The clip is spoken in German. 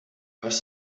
was